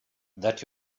that